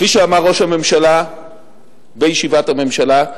כפי שאמר ראש הממשלה בישיבת הממשלה,